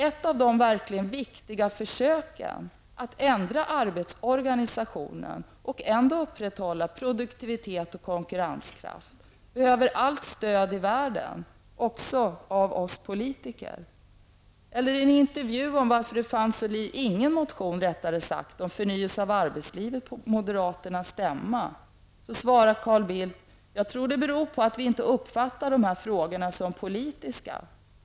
Ett av de verkligt viktiga försöken att ändra arbetsorganisationen och samtidigt upprätthålla produktivitet och konkurrenskraft behöver allt stöd i världen också av oss politiker. I en intervju om varför det på moderaternas stämma inte fanns en enda motion om förnyelse av arbetslivet svarade Carl Bildt: Jag tror att det beror på att vi inte uppfattar dessa frågor som politiska.